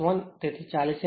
તેથી 40 એમ્પીયર